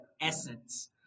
essence